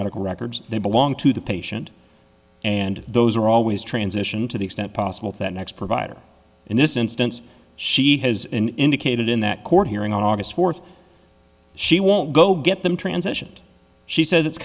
medical records that belong to the patient and those are always transition to the extent possible to that next provider in this instance she has indicated in that court hearing on august fourth she won't go get them transitioned she says it's